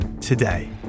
today